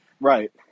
Right